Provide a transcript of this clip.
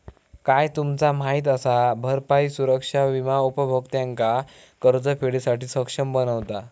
काय तुमचा माहित असा? भरपाई सुरक्षा विमा उपभोक्त्यांका कर्जफेडीसाठी सक्षम बनवता